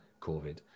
COVID